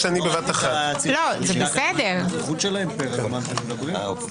תאמיני לי שהאופוזיציה פה לעומת העירונית - או-הו.